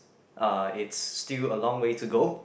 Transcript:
uh it's still a long way to go